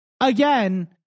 Again